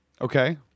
Okay